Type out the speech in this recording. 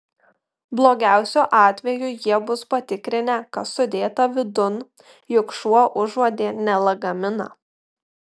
blogiausiu atveju jie bus patikrinę kas sudėta vidun juk šuo užuodė ne lagaminą